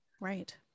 right